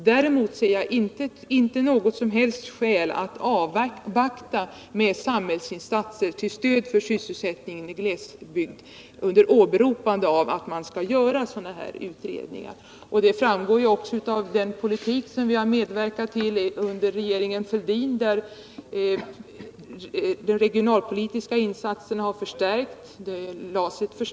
Däremot ser jag inte något som helst skäl för att avvakta med samhällsinsatser till stöd för sysselsättningen i glesbygd under åberopande av att man skall göra sådana här utredningar. Det framgår också av den politik som vi har medverkat till under regeringen Fälldins tid att insatserna inte kan vänta. De regionalpolitiska insatserna har förstärkts under denna tid.